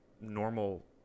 normal